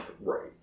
Right